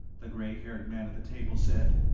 the gray-haired man at the table said.